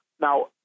Now